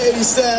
87